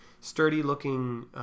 sturdy-looking